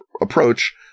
approach